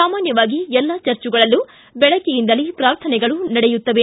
ಸಾಮಾನ್ಯವಾಗಿ ಎಲ್ಲಾ ಚರ್ಚುಗಳಲ್ಲೂ ಬೆಳಗ್ಗೆಯಿಂದಲೇ ಪಾರ್ಥನೆಗಳು ನಡೆಯುತ್ತವೆ